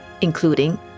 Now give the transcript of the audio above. including